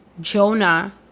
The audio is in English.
Jonah